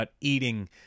eating